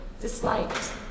disliked